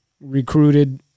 Recruited